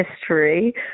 history